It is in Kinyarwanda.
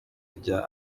rya